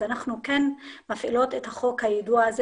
אז אנחנו כן מפעילות את חוק היידוע הזה